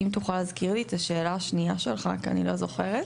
אם תוכל להזכיר לי את השאלה השנייה שלך כי אני לא זוכרת.